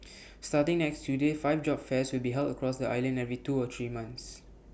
starting next Tuesday five job fairs will be held across the island every two or three months